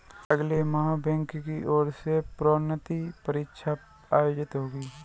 अगले माह बैंक की ओर से प्रोन्नति परीक्षा आयोजित होगी